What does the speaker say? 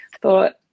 thought